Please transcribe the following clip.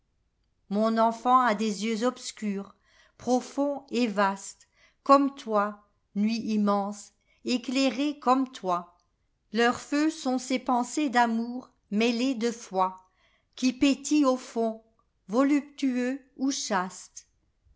mon enfant a des yeux obscurs profonds et vastes gomme toi nuit immense éclairés comme toi leurs feux sont ces pensers d'amour mêlés de foi qui pétillent au fond voluptueux ou chastes